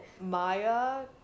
Maya